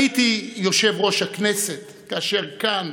הייתי יושב-ראש הכנסת כאשר כאן